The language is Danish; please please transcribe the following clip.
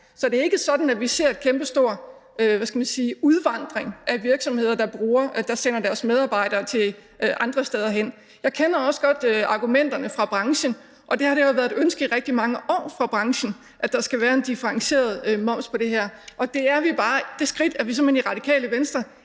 Så det er ikke sådan, at vi ser en kæmpestor – hvad skal vi sige – udvandring af virksomheder, der sender deres medarbejdere andre steder hen. Jeg kender også godt argumenterne fra branchen, og det har jo været et ønske fra branchen i rigtig mange år, at der skulle være en differentieret moms på det her. Det skridt er vi i Radikale Venstre